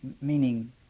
meaning